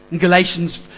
Galatians